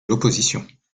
l’opposition